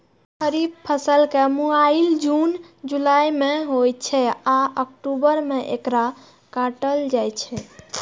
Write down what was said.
खरीफ के बुआई जुन जुलाई मे होइ छै आ अक्टूबर मे एकरा काटल जाइ छै